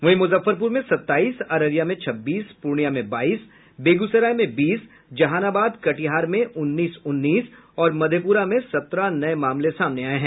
वहीं मुजफ्फरपुर में सताईस अररिया में छब्बीस पूर्णिया में बाईस बेगूसराय में बीस जहानाबाद कटिहार में उन्नीस उन्नीस और मधेपुरा में सत्रह नये मामले सामने आये हैं